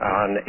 on